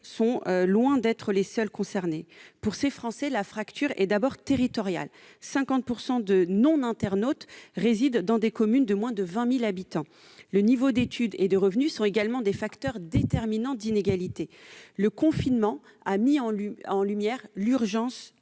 sont loin d'être les seules concernées. Pour ces Français, la fracture est d'abord territoriale : 50 % des non-internautes résident dans des communes de moins de 20 000 habitants. Les niveaux d'études et de revenus sont également des facteurs déterminants d'inégalité. Le confinement a mis en lumière l'urgence